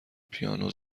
پیانو